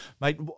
Mate